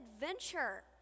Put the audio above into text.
adventure